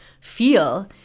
feel